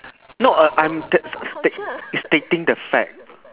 no uh I'm state state stating the fact